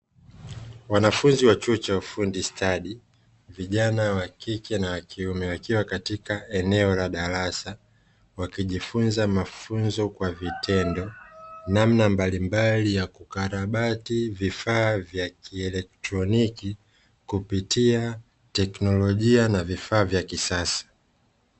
Wanafunzi wa chuo cha ufundi stadi vijana wa kike na wa kiume wakiwa katika eneo la darasa wakijifunza mafunzo kwa vitendo namna mbalimbali ya kukarabati vifaa vya kieletroniki kupitia teknolojia na vifaa vya kisasa.